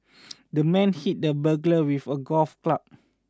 the man hit the burglar with a golf club